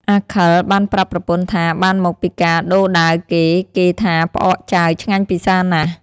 អាខិលបានប្រាប់ប្រពន្ធថាបានមកពីការដូរដាវគេៗថាផ្អកចាវឆ្ងាញ់ពិសារណាស់។